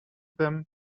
them